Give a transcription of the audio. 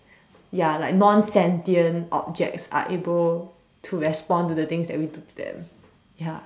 ya like non sentient objects are able to respond to the things that we do to them ya